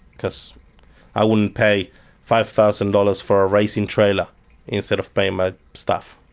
because i wouldn't pay five thousand dollars for a racing trailer instead of paying my staff.